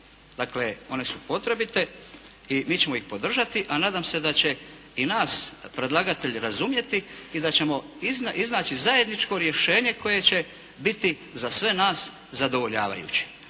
Dakle, one su potrebite i mi ćemo ih podržati, a nadam se da će i nas predlagatelje razumjeti i da ćemo iznaći zajedničko rješenje koje će biti za sve nas zadovoljavajuće.